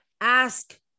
ask